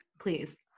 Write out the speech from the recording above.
Please